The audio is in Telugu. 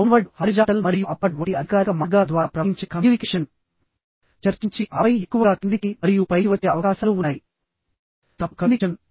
డౌన్వర్డ్ హారిజాంటల్ మరియు అప్వార్డ్ వంటి అధికారిక మార్గాల ద్వారా ప్రవహించే కమ్యూనికేషన్ చర్చించి ఆపై ఎక్కువగా క్రిందికి మరియు పైకి వచ్చే అవకాశాలు ఉన్నాయి తప్పుడు కమ్యూనికేషన్